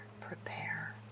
prepare